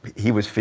he was,